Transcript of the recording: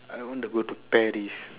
I want to go to Paris